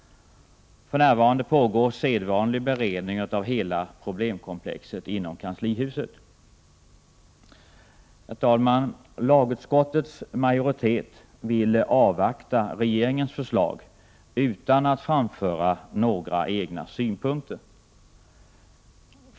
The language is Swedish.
För närvarande pågår sedvanlig beredning av hela problemkomplexet inom kanslihuset. Herr talman! Lagutskottets majoritet vill avvakta regeringens förslag utan att framföra några egna synpunkter.